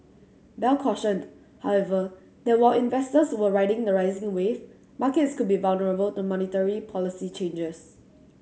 bell cautioned however that while investors were riding the rising wave markets could be vulnerable to monetary policy changes